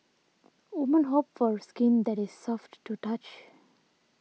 women hope for skin that is soft to the touch